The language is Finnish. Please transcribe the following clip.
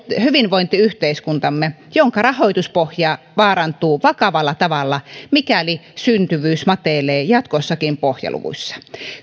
hyvinvointiyhteiskuntamme jonka rahoituspohja vaarantuu vakavalla tavalla mikäli syntyvyys matelee jatkossakin pohjaluvuissa